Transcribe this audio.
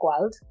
world